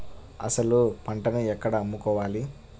అసలు పంటను ఎక్కడ అమ్ముకోవాలి?